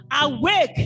Awake